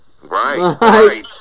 Right